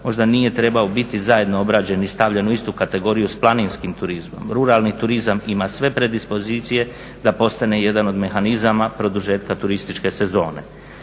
možda nije trebao biti zajedno obrađen i stavljen u istu kategoriju sa planinskim turizmom. Ruralni turizam ima sve predispozicije da postane jedan od mehanizama produžetka turističke sezone.